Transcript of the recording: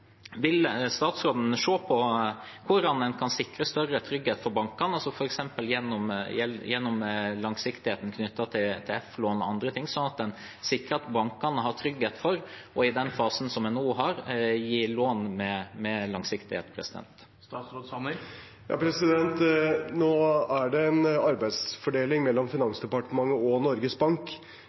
Vil statsråden se på hvordan en kan sikre større trygghet for bankene, f.eks. gjennom langsiktigheten knyttet til F-lån, og andre ting – at en sikrer at bankene har trygghet for, i den fasen en nå er i, å gi lån med langsiktighet? Nå er det en arbeidsfordeling mellom Finansdepartementet og Norges Bank.